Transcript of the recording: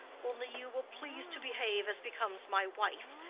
only you will please to behave as becomes my wife.